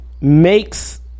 makes